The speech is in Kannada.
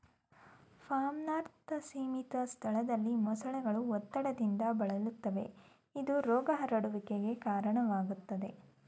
ಫಾರ್ಮ್ನಂತ ಸೀಮಿತ ಸ್ಥಳದಲ್ಲಿ ಮೊಸಳೆಗಳು ಒತ್ತಡದಿಂದ ಬಳಲುತ್ತವೆ ಇದು ರೋಗ ಹರಡುವಿಕೆಗೆ ಕಾರಣವಾಗ್ತದೆ